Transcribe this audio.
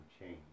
change